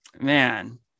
man